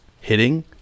hitting